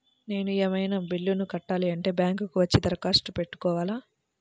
నేను ఏమన్నా బిల్లును కట్టాలి అంటే బ్యాంకు కు వచ్చి దరఖాస్తు పెట్టుకోవాలా?